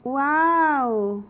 wow